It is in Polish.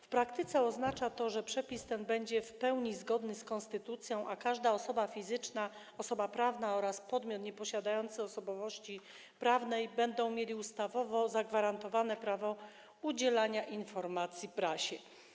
W praktyce oznacza to, że przepis ten będzie w pełni zgodny z konstytucją, a każda osoba fizyczna, osoba prawna oraz podmiot nieposiadający osobowości prawnej będą mieli ustawowo zagwarantowane prawo udzielania informacji prasie.